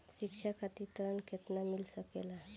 शिक्षा खातिर ऋण केतना मिल सकेला?